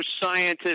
scientists